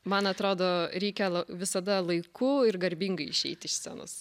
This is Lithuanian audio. man atrodo reikia la visada laiku ir garbingai išeiti iš scenos